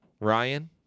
Ryan